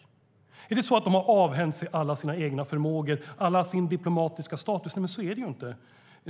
Har de avhänt sig alla sina egna förmågor, all sin diplomatiska status? Nej, så är det inte.